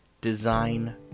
design